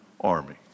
army